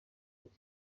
uko